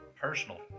personal